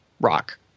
rock